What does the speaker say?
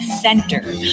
center